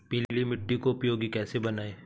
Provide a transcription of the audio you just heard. पीली मिट्टी को उपयोगी कैसे बनाएँ?